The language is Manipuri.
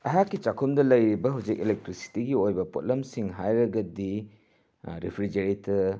ꯑꯩꯍꯥꯛꯀꯤ ꯆꯥꯛꯈꯨꯝꯗ ꯂꯩꯔꯤꯕ ꯍꯧꯖꯤꯛ ꯏꯂꯦꯛꯇ꯭ꯔꯤꯛꯁꯤꯇꯤꯒꯤ ꯑꯣꯏꯕ ꯄꯣꯠꯂꯝꯁꯤꯡ ꯍꯥꯏꯔꯒꯗꯤ ꯔꯤꯐ꯭ꯔꯤꯖꯔꯦꯇꯔ